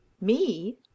Me